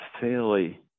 fairly